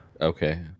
Okay